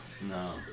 No